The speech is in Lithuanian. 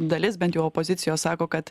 dalis bent jau opozicijos sako kad